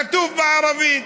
כתוב בערבית.